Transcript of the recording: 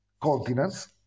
continents